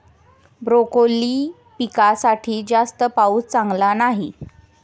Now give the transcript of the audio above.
broccoli पिकासाठी जास्त पाऊस चांगला नाही